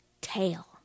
tail